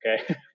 Okay